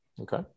Okay